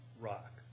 rock